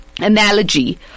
analogy